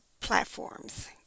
platforms